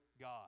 God